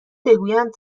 بگویند